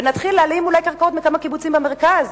ונתחיל להלאים קרקעות מכמה קיבוצים במרכז,